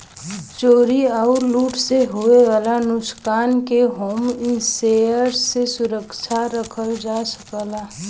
चोरी आउर लूट से होये वाले नुकसान के होम इंश्योरेंस से सुरक्षित रखल जा सकला